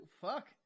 Fuck